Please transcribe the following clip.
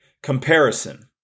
Comparison